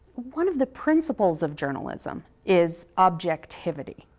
one of the principles of journalism is objectivity.